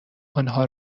آنها